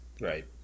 Right